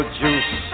juice